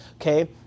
Okay